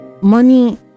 money